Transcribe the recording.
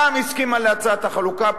פעם הסכימה להצעת החלוקה,